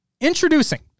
Introducing